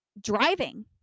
driving